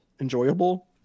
enjoyable